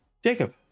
Jacob